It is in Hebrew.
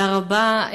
תודה רבה,